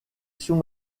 sous